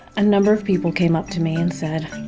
a number of people came up to me and said,